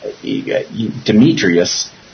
Demetrius